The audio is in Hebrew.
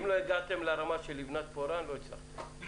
אם לא הגעתם לרמה של לבנת פורן, לא הצלחתם.